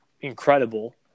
incredible